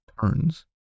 turns